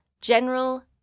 General